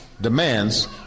demands